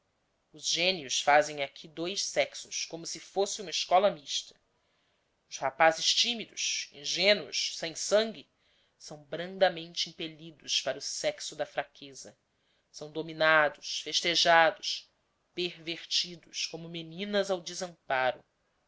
os gênios fazem aqui dois sexos como se fosse uma escola mista os rapazes tímidos ingênuos sem sangue são brandamente impelidos para o sexo da fraqueza são dominados festejados pervertidos como meninas ao desamparo